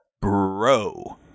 Bro